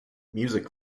music